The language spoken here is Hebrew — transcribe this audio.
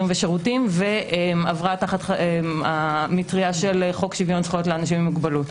ושירותים ועברה תחת המטריה של חוק שוויון זכויות לאנשים עם מוגבלות.